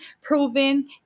proven